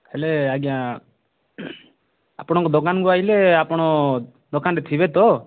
ହେଲେ ଆଜ୍ଞା ଆପଣଙ୍କ ଦୋକାନକୁ ଆସିଲେ ଆପଣ ଦୋକାନରେ ଥିବେ ତ